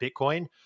Bitcoin